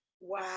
Wow